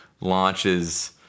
launches